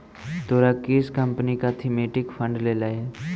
तोहरा किस कंपनी का थीमेटिक फंड लेलह हे